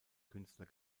künstler